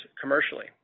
commercially